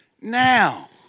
now